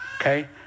Okay